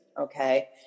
Okay